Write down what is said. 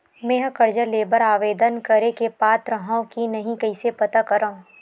मेंहा कर्जा ले बर आवेदन करे के पात्र हव की नहीं कइसे पता करव?